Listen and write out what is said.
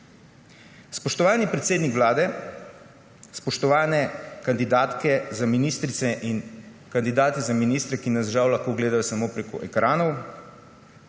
Spoštovani predsednik Vlade, spoštovane kandidatke za ministrice in kandidati za ministre, ki nas žal lahko gledajo samo prek ekranov,